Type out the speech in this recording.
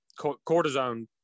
cortisone